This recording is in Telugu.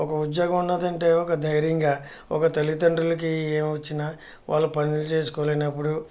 ఒక ఉద్యోగం ఉన్నదంటే ఒక ధైర్యంగా ఒక తల్లిదండ్రులకి ఏమొచ్చినా వాళ్ళు పనులు చేసుకోలేనప్పుడు